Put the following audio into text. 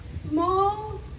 Small